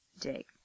Jake